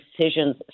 decisions